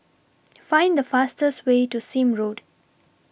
Find The fastest Way to Sime Road